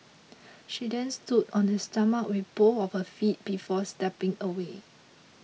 she then stood on his stomach with both of her feet before stepping away